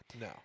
No